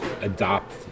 adopt